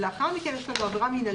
ולאחר מכן יש לנו עבירה מנהלית.